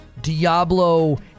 Diablo